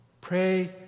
Pray